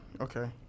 Okay